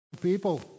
people